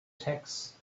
texts